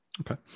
Okay